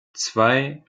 zwei